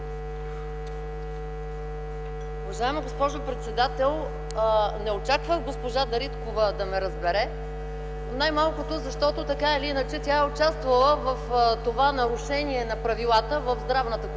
Уважаема госпожо председател, не очаквам госпожа Дариткова да ме разбере, най-малкото защото тя е участвала в това нарушение на правилата в Здравната комисия,